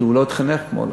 כי הוא לא התחנך מעולם.